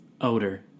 odor